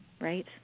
Right